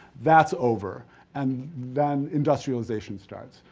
that's over and then industrialization starts.